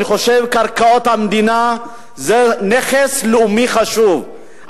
אני חושב שקרקעות המדינה זה נכס לאומי חשוב,